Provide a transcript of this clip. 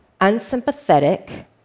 unsympathetic